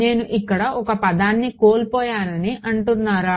నేను ఇక్కడ ఒక పదాన్ని కోల్పోయానని అనుకుంటున్నానా